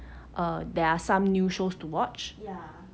um there are some new shows to watch